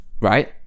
Right